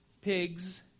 Pigs